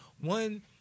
one